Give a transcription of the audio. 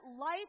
life